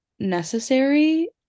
necessary